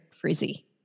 frizzy